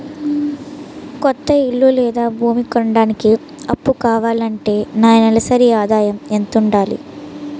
కొత్త ఇల్లు లేదా భూమి కొనడానికి అప్పు కావాలి అంటే నా నెలసరి ఆదాయం ఎంత ఉండాలి?